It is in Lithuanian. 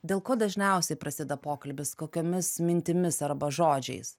dėl ko dažniausiai prasideda pokalbis kokiomis mintimis arba žodžiais